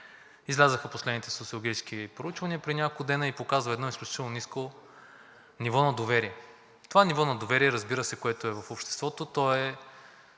Излязоха последните социологически проучвания преди няколко дни и показаха едно изключително ниско ниво на доверие. Това ниво на доверие, разбира се, което е в обществото,